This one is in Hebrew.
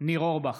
ניר אורבך,